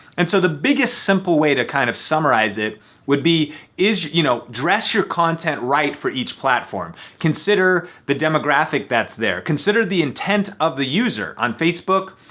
and so the biggest simple way to kind of summarize it would be you know dress your content right for each platform. consider the demographic that's there. consider the intent of the user. on facebook,